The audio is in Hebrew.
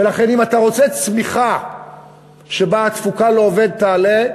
ולכן אם אתה רוצה צמיחה שבה התפוקה לעובד תעלה,